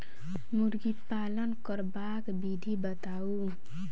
मुर्गी पालन करबाक विधि बताऊ?